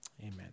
amen